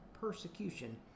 persecution